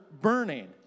burning